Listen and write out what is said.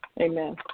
Amen